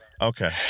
okay